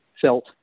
felt